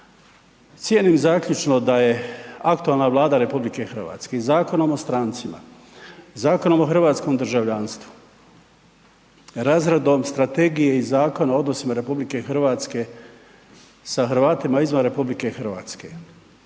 Cijenim zaključno da je aktualna Vlada RH Zakonom o strancima, Zakonom o hrvatskom državljanstvu, razradom strategije i Zakona o odnosima RH sa Hrvatima izvan RH, pa